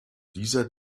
dieser